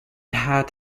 had